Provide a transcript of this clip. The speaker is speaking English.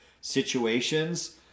situations